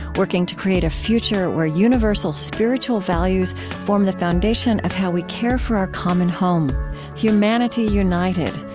working to create a future where universal spiritual values form the foundation of how we care for our common home humanity united,